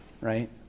right